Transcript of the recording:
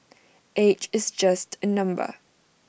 age is just A number